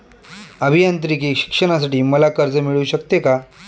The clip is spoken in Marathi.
अभियांत्रिकी शिक्षणासाठी मला कर्ज मिळू शकते का?